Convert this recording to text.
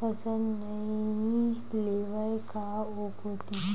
फसल नइ लेवय का ओ कोती?